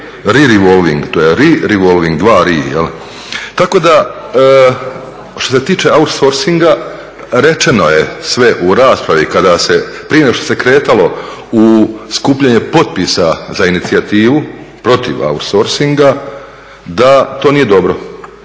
… revolving, to je … revolving. Dva …. Tako da, što se tiče outsourcinga, rečeno je sve u raspravi kada se, prije nego što se kretalo u skupljanje potpisa za inicijativu, protiv outsourcinga, da to nije dobro.